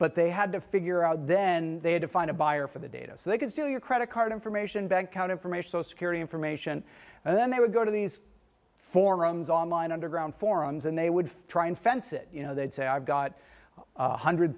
but they had to figure out then they had to find a buyer for the data so they could steal your credit card information bank account information so security information and then they would go to these forums online underground forums and they would try and fence it they'd say i've got a hundred